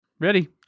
Ready